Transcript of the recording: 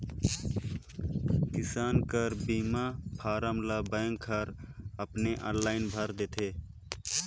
किसान कर बीमा फारम ल बेंक हर अपने आनलाईन भइर देथे